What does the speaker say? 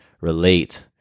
relate